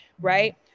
right